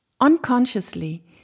unconsciously